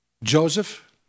Joseph